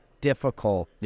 difficult